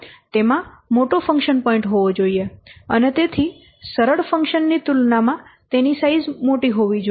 તેમાં મોટો function point હોવો જોઈએ અને તેથી સરળ ફંકશન ની તુલનામાં તેની સાઈઝ મોટી હોવી જોઈએ